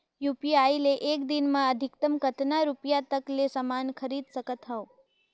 UPI ले एक दिन म अधिकतम कतका रुपिया तक ले समान खरीद सकत हवं?